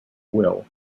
will